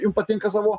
jum patinka savo